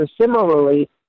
similarly